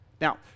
Now